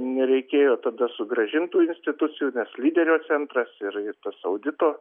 nereikėjo tada sugrąžint tų institucijų nes lyderio centras ir tas audito